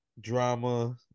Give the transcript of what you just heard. drama